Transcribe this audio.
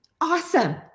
awesome